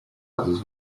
others